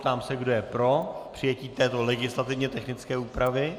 Ptám se, kdo je pro přijetí této legislativně technické úpravy.